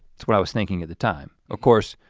that's what i was thinking at the time. of course,